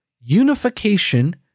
unification